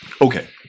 okay